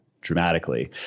dramatically